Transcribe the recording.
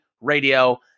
Radio